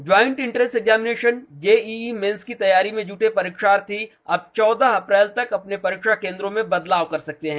joint entrance examination JEE mains की तैयारी में जुटे परीक्षार्थी अब चौदह अप्रैल तक अपने परीक्षा केंद्र में बदलाव कर सकते हैं